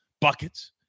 Buckets